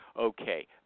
Okay